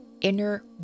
inner